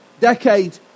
decade